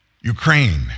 Ukraine